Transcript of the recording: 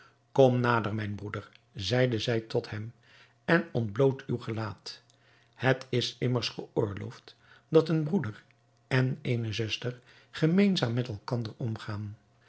kom nader mijn broeder zeide zij tot hem en ontbloot uw gelaat het is immers geoorloofd dat een broeder en eene zuster gemeenzaam met elkander omgaan